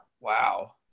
wow